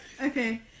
Okay